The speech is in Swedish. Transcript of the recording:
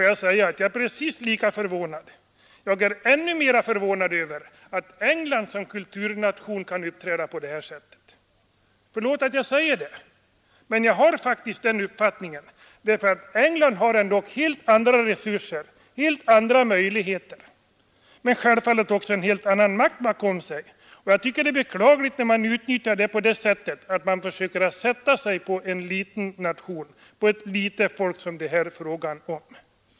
Jag är ännu mer förvånad över att England som kulturnation kan uppträda på detta sätt. Förlåt att jag säger det, men jag har faktiskt den uppfattningen. England har dock helt andra resurser, helt andra möjligheter än Island — men självfallet också en helt annan makt bakom sig. Det är beklagligt att man utnyttjar den makten så att man försöker sätta sig på en liten nation, på ett litet folk som det här är fråga om.